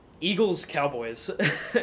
Eagles-Cowboys